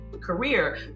career